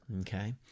Okay